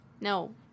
No